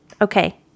okay